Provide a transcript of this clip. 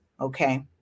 okay